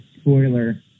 spoiler